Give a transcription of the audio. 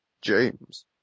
James